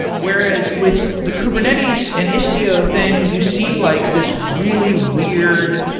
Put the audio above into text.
whereas with the kubernetes and istio thing, you see like this really weird,